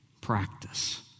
practice